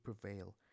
prevail